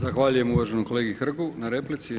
Zahvaljujem uvaženom kolegi Hrgu na replici.